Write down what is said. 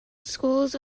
schools